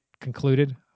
concluded